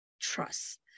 trust